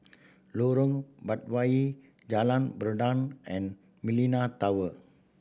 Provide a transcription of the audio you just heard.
Lorong Batawi Jalan Peradun and Millenia Tower